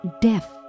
deaf